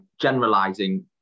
generalizing